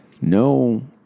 no